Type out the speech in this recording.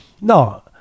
no